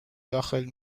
داخل